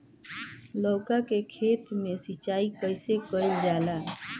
लउका के खेत मे सिचाई कईसे कइल जाला?